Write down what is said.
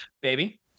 Baby